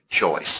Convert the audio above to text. choice